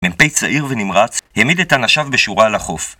מ"פ צעיר ונמרץ העמיד את אנשיו בשורה על החוף